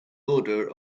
order